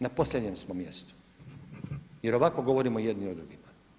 Na posljednjem smo mjestu, jer ovako govorimo jedni o drugima.